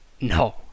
No